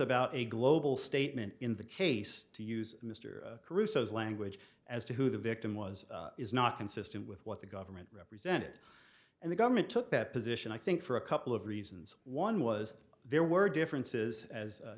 about a global statement in the case to use mr caruso's language as to who the victim was is not consistent with what the government represented and the government took that position i think for a couple of reasons one was there were